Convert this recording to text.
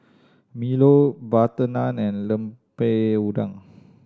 milo butter naan and Lemper Udang